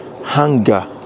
hunger